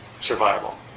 survival